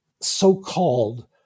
so-called